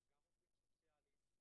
גם עובדים סוציאליים,